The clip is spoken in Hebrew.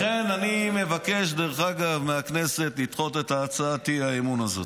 לכן אני מבקש מהכנסת לדחות את הצעת האי-אמון הזאת.